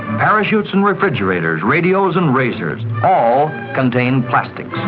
parachutes and refrigerators, radios and razors, all contain plastics.